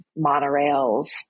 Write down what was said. monorails